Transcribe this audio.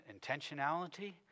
intentionality